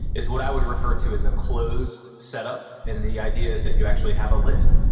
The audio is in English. is what i would refer to as a closed set up and the idea is that you actually have a lid,